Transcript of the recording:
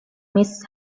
miss